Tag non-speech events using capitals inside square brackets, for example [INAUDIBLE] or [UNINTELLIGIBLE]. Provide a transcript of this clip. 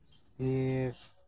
[UNINTELLIGIBLE]